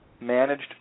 managed